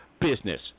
business